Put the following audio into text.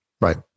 Right